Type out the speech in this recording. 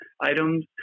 items